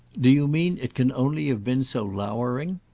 do you mean it can only have been so lowering?